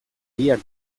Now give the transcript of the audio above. bihar